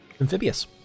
Amphibious